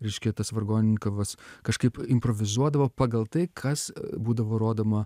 reiškia tas vargonininkavas kažkaip improvizuodavo pagal tai kas būdavo rodoma